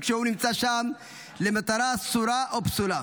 שהוא נמצא שם למטרה אסורה או פסולה".